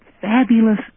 fabulous